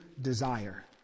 desire